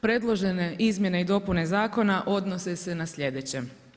Predložene izmjene i dopune zakona, odnose se na sljedeće.